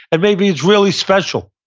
and maybe it's really special.